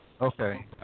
Okay